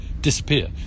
disappear